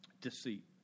Deceit